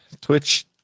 Twitch